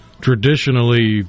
traditionally –